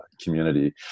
community